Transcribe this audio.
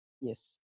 Yes